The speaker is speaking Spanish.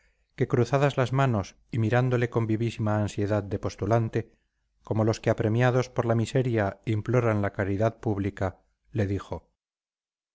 que cruzadas las manos y mirándole con vivísima ansiedad de postulante como los que apremiados por la miseria imploran la caridad pública le dijo